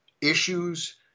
issues